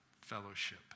fellowship